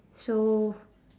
so